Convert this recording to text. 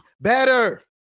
better